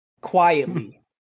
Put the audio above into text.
quietly